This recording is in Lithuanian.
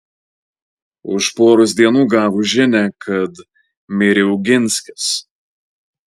už poros dienų gavo žinią kad mirė oginskis